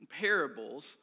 parables